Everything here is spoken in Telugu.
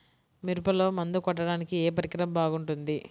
మిరపలో మందు కొట్టాడానికి ఏ పరికరం బాగుంటుంది?